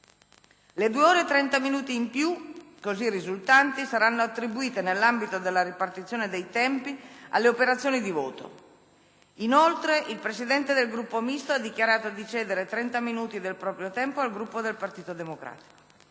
Le due ore e trenta minuti in più così risultanti saranno attribuite, nell'ambito della ripartizione dei tempi, alle operazioni di voto. Inoltre, il Presidente del Gruppo Misto ha dichiarato di cedere trenta minuti del proprio tempo al Gruppo del Partito Democratico.